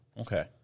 Okay